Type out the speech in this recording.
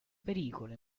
pericolo